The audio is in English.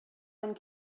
wind